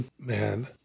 Man